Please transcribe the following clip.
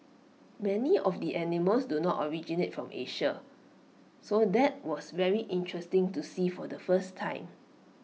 many of the animals do not originate from Asia so that was very interesting to see for the first time